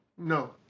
No